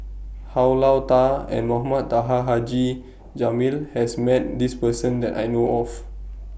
Hao Lao DA and Mohamed Taha Haji Jamil has Met This Person that I know of